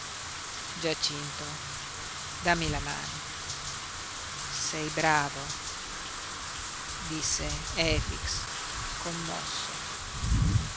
giacinto dammi la mano sei bravo disse efix commosso